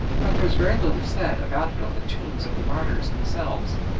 but there is very little said about it on the tombs of the martyrs themselves.